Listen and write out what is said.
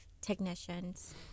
technicians